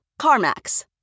CarMax